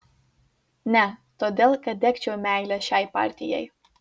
ne todėl kad degčiau meile šiai partijai